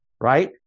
right